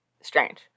strange